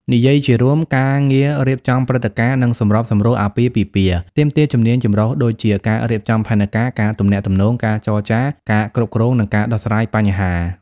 និយាយជារួម ការងាររៀបចំព្រឹត្តិការណ៍ និងសម្របសម្រួលអាពាហ៍ពិពាហ៍ ទាមទារជំនាញចម្រុះដូចជា ការរៀបចំផែនការ ការទំនាក់ទំនង ការចរចារ ការគ្រប់គ្រង និងការដោះស្រាយបញ្ហា។